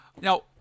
now